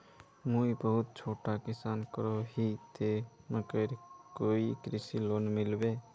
मुई बहुत छोटो किसान करोही ते मकईर कोई कृषि लोन मिलबे?